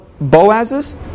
Boaz's